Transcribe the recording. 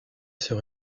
sur